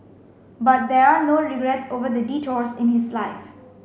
but there are no regrets over the detours in his life